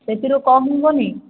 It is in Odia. ସେଥିରେ କମ ହେବନି